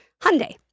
Hyundai